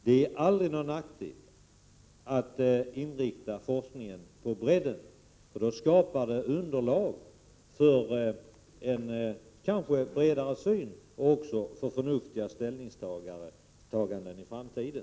Det är aldrig någon nackdel att forskningen har en bred inriktning, därför att då skapas ett underlag för en bredare syn och förnuftiga ställningstaganden i framtiden.